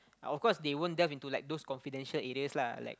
uh of course they won't delve into like those confidential areas lah like